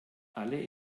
alle